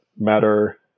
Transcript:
matter